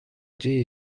się